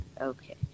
Okay